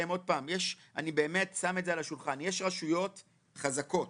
אני שם את זה על השולחן, יש רשויות חזקות